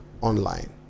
online